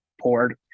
poured